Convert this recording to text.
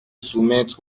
soumettre